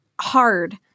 hard